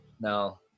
No